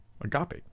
agape